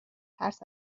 ترس